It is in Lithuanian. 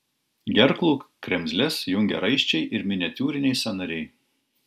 gerklų kremzles jungia raiščiai ir miniatiūriniai sąnariai